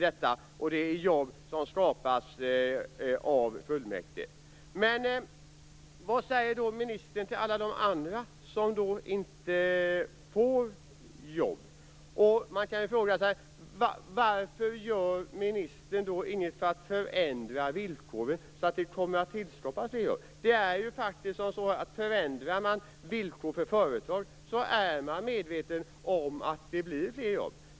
Det är jobb som skapas av fullmäktige. Förändras villkoren för företag vet man att det blir fler jobb.